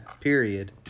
Period